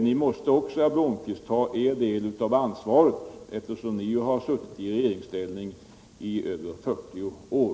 Ni måste också, herr Blomkvist, ta er del av ansvaret, eftersom ni har suttit i regeringsställning i över 40 år.